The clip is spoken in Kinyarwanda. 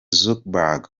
zuckerberg